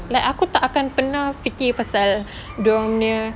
like aku tak akan pernah fikir pasal dorang punya